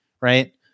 right